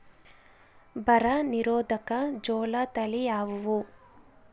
ಬರ ನಿರೋಧಕ ಜೋಳ ತಳಿ ಯಾವುದು?